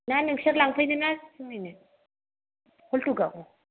ना नोंसोर लांफैनो ना जों हैनो हल्तुगाव